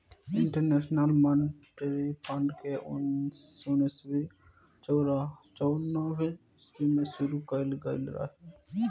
international monetary fund के उन्नीस सौ चौरानवे ईस्वी में शुरू कईल गईल रहे